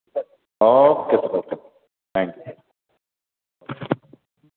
okay okay thank U